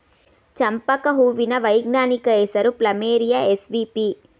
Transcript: ಚಂಪಕ ಹೂವಿನ ವೈಜ್ಞಾನಿಕ ಹೆಸರು ಪ್ಲಮೇರಿಯ ಎಸ್ಪಿಪಿ